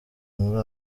muri